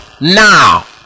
now